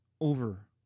over